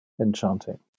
enchanting